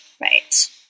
Right